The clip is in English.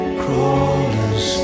crawlers